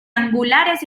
angulares